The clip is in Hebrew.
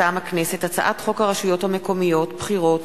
מטעם הכנסת: הצעת חוק הרשויות המקומיות (בחירות)